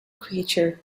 creature